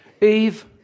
Eve